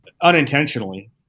Unintentionally